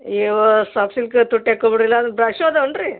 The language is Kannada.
ಅಯ್ಯೋ ಸಾಫ್ಟ್ ಸಿಲ್ಕ್ ತುಟ್ಟಿ ಯಾಕೋ ಬಿಡ್ ಇಲ್ಲಾಂದ್ರೆ ಬ್ರಾಶ್ಶೋ ಅದಾವನು ರೀ